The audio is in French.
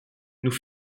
nous